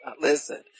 Listen